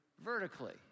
vertically